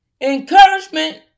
Encouragement